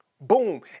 Boom